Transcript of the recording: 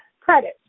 credit